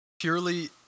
Purely